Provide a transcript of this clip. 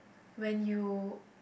when you